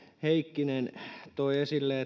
heikkinen toi esille